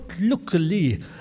luckily